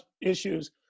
issues